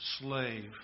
slave